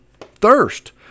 thirst